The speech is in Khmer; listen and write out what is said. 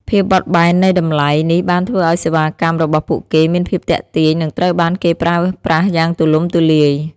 ភាពបត់បែននៃតម្លៃនេះបានធ្វើឱ្យសេវាកម្មរបស់ពួកគេមានភាពទាក់ទាញនិងត្រូវបានគេប្រើប្រាស់យ៉ាងទូលំទូលាយ។